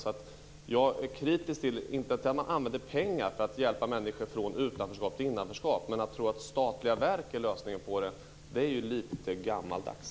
Jag är inte kritisk till att man använder pengar för att hjälpa människor från utanförskap till innanförskap, men att tro att statliga verk är lösningen är lite gammaldags.